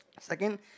second